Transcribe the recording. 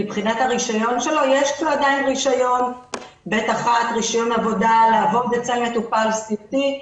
יש לו עדין רישיון עבודה לעבוד אצל מטופל סיעודי.